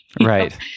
Right